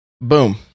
boom